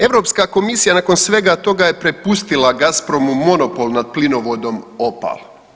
Europska komisija nakon svega toga je propustila Gazpromu monopol nad plinovodom Opal.